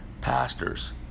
pastors